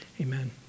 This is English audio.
amen